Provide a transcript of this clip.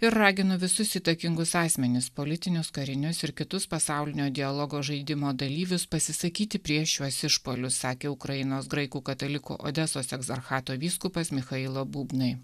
ir raginu visus įtakingus asmenis politinius karinius ir kitus pasaulinio dialogo žaidimo dalyvius pasisakyti prieš šiuos išpuolius sakė ukrainos graikų katalikų odesos egzarchato vyskupas michailo bugni